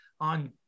on